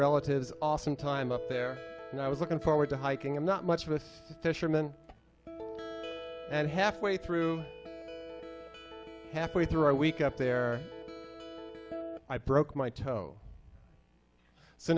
relatives awesome time up there and i was looking forward to hiking i'm not much of a fisherman and halfway through halfway through our week up there i broke my toe so